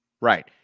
right